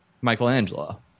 Michelangelo